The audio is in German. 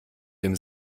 dem